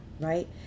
right